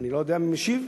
אני לא יודע מי משיב.